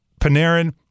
Panarin